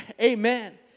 Amen